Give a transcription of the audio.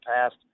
past